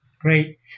Great